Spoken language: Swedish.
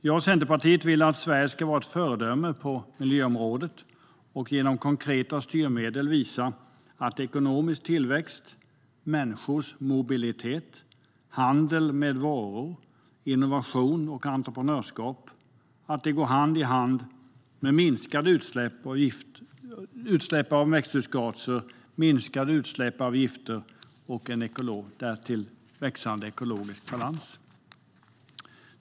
Jag och Centerpartiet vill att Sverige ska vara ett föredöme på miljöområdet och genom konkreta styrmedel visa att ekonomisk tillväxt, människors mobilitet, handel med varor, innovation och entreprenörskap går hand i hand med minskade utsläpp av växthusgaser och gifter och med ökande ekologisk balans.